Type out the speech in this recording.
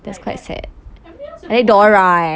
adik punya era macam boring ah